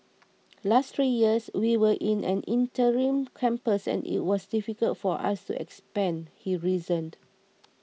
last three years we were in an interim campus and it was difficult for us to expand he reasoned